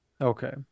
Okay